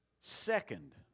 second